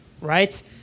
right